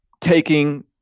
taking